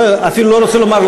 אפילו לא רוצה לומר,